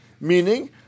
Meaning